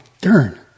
darn